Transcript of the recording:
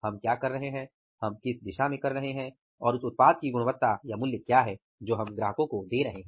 हम क्या कर रहे हैं हम किस दिशा में कर रहे हैं और उस उत्पाद की गुणवत्ता या मूल्य क्या है जो हम ग्राहक को दे रहे हैं